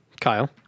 Kyle